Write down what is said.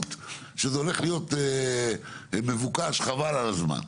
וודאות שזה הולך להיות מבוקש חבל על הזמן.